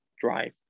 drive